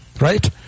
Right